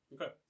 Okay